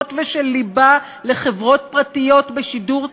ושל ליבה לחברות פרטיות בשידור ציבורי,